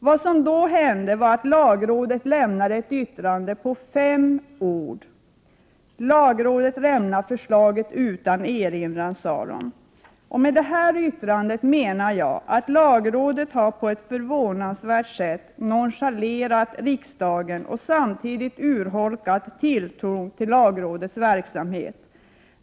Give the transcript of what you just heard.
Vad som då hände var att lagrådet lämnade ett yttrande på fem ord: ”Lagrådet lämnar förslaget utan erinran.” Med detta yttrande menar jag att lagrådet på ett förvånansvärt sätt har nonchalerat riksdagen och samtidigt urholkat tilltron till lagrådets verksamhet.